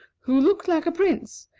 who looked like a prince,